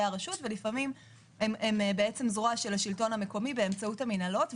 הרשות ולפעמים הם זרוע של השלטון המקומי באמצעות המנהלות.